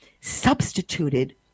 substituted